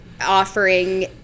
offering